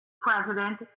president